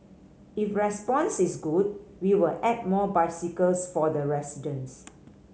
if response is good we will add more bicycles for the residents